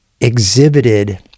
exhibited